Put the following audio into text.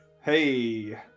hey